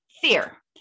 Fear